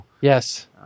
Yes